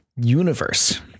universe